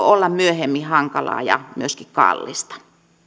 olla myöhemmin hankalaa ja myöskin kallista